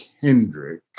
Kendrick